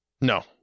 No